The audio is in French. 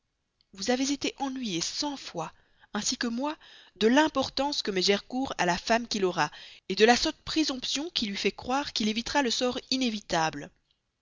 vous avez été ennuyé cent fois ainsi que moi de l'importance que met gercourt à la femme qu'il aura et de la sotte présomption qui lui fait croire qu'il évitera le sort inévitable